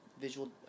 visual